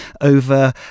over